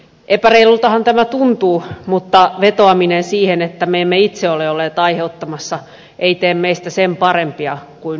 epäreilultahan tämä tuntuu mutta vetoaminen siihen että me emme itse ole olleet aiheuttamassa ei tee meistä sen parempia kuin muutkaan